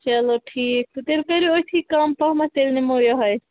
چلو ٹھیٖک چھُ تہِ تیٚلہِ کٔرِو أتھی کَم پَہمَتھ تیٚلہِ نِمو یِہَے